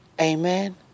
Amen